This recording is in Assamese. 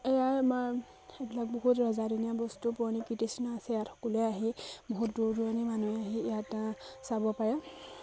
এয়াই আমাৰ এইবিলাক বহুত ৰজাদিনীয়া বস্তু পুৰণি কীৰ্তিচিহ্ণ আছে ইয়াত সকলোৱে আহি বহুত দূৰ দূৰণিৰ মানুহে আহি ইয়াত চাব পাৰে